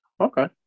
Okay